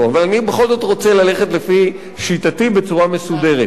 אבל אני בכל זאת רוצה ללכת לפי שיטתי בצורה מסודרת.